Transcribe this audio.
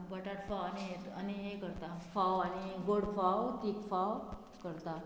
बटाट फोव आनी हे आनी हे करता फोव आनी गोड फोव तीक फोव करता